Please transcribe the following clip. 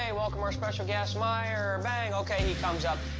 ah welcome our special guest meyer. bang. okay, he comes up.